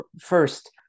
First